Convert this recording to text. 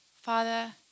Father